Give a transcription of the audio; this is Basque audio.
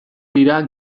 dira